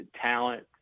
talent